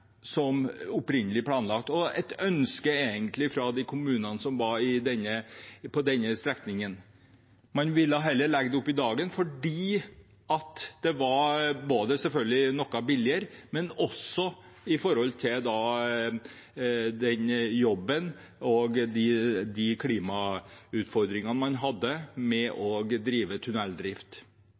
som opprinnelig planlagt – et ønske, egentlig, fra kommunene langs denne strekningen. Man ville heller legge veien opp i dagen, fordi det selvfølgelig var noe billigere, men også med tanke på den jobben og de klimautfordringene man har med